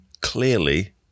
clearly